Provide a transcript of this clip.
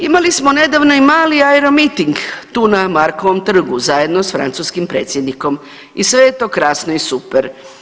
Imali smo nedavno i mali aeromiting tu na Markovom trgu zajedno s francuskim predsjednikom i sve je to krasno i super.